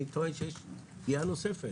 אני טוען שיש פגיעה נוספת.